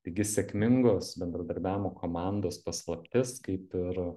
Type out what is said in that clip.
taigi sėkmingos bendradarbiavimo komandos paslaptis kaip ir